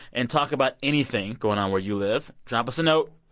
and talk about anything going on where you live, drop us a note.